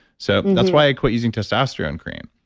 so that's why i quit using testosterone cream.